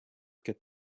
get